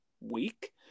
week